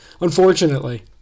Unfortunately